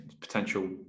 potential